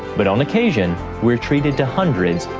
but on occasion, we are treated to hundreds,